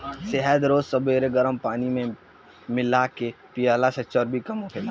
शहद रोज सबेरे गरम पानी में मिला के पियला से चर्बी कम होखेला